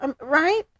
right